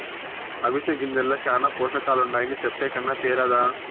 అవిసె గింజల్ల శానా పోసకాలుండాయని చెప్పే కన్నా తేరాదా